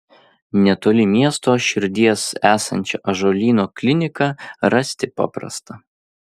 netoli miesto širdies esančią ąžuolyno kliniką rasti paprasta